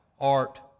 art